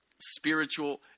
spiritual